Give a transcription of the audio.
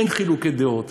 אין חילוקי דעות